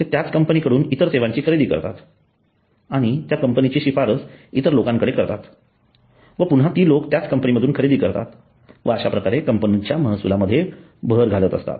ते त्याच कंपनीकडून इतर सेवांची खरेदी करतात आणि त्या कंपनीची शिफारस इतर लोकांकडे करतात व पुन्हा ती लोकं त्याच कंपनी मधून खरेदी करतात व अश्याप्रकारे ते कंपनीच्या महसुलात भर घालत असतात